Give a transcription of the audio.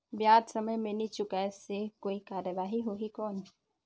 ब्याज समय मे नी चुकाय से कोई कार्रवाही होही कौन?